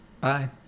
Bye